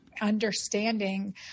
Understanding